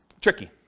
tricky